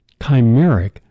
chimeric